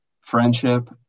friendship